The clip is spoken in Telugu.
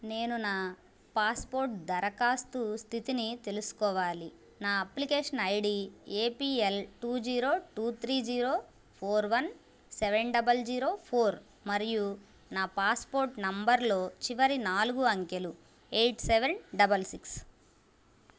నేను నా పాస్పోర్ట్ దరఖాస్తు స్థితిని తెలుసుకోవాలి నా application I D A P L two zero two three zero four one seven double zero four మరియు నా పాస్పోర్ట్ నంబర్లో చివరి నాలుగు అంకెలు ఎయిట్ సెవన్ డబల్ సిక్స్